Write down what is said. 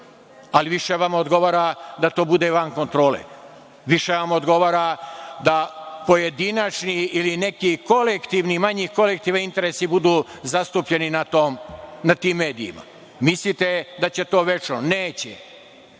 Više vam odgovara da to bude van kontrole. Više vam odgovara da pojedinačni ili neki kolektivni, manje kolektivni interesi budu zastupljeni na tim medijima. Mislite da će to večno? Neće.